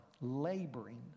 Laboring